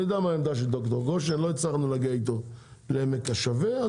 אני יודע מה העמדה של ד"ר גושן לא הצלחנו להגיע איתו לעמק השווה,